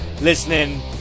listening